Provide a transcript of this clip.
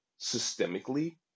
systemically